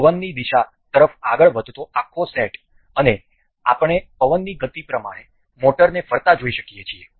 પવનની દિશા તરફ આગળ વધતો આખો સેટ અને આપણે પવનની ગતિ પ્રમાણે મોટરને ફરતા જોઈ શકીએ છીએ